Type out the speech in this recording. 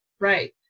Right